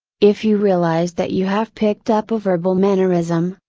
if you realize that you have picked up a verbal mannerism,